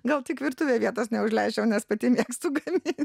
gal tik virtuvėj vietos neužleisčiau nes pati mėgstu gamin